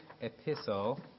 epistle